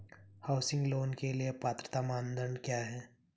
Housing loan के लिए पात्रता मानदंड क्या हैं?